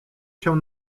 się